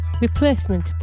Replacement